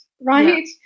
right